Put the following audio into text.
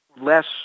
less